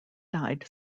died